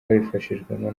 babifashijwemo